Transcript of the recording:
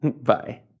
Bye